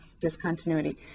discontinuity